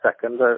second